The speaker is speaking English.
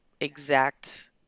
exact